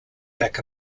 back